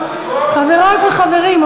חברות וחברים,